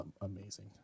amazing